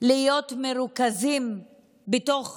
להיות מרוכזים ביום